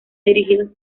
dirigidos